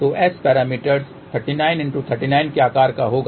तो S matrix 39 x 39 के आकार का होगा